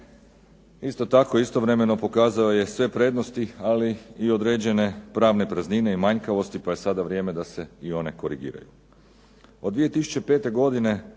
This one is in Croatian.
Isto tako, istovremeno pokazao je sve prednosti, ali i određene pravne praznine i manjkavosti pa je sada vrijeme da se i one korigiraju. Od 2005. godine